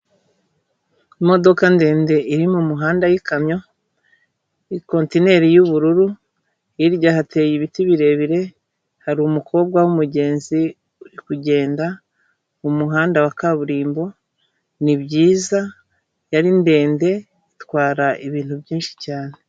Imodoka ndende iri mumuhanda yikamyo ikonteneri y'ubururu hirya hateye ibiti birebire hari umukobwa w'umugenzi uri kugenda m'umuhanda wa kaburimbo nibyiza yari ndende itwara ibintu byinshi cyane.